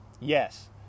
Yes